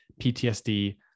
PTSD